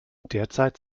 derzeit